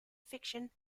fiction